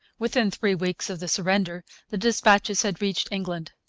within three weeks of the surrender the dispatches had reached england.